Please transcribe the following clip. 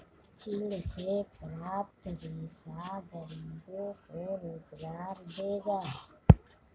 चीड़ से प्राप्त रेशा गरीबों को रोजगार देगा